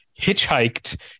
hitchhiked